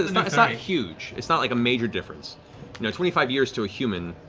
it's not it's not huge, it's not like a major difference. you know, twenty five years to a human,